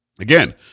Again